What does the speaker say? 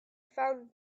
found